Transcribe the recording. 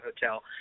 Hotel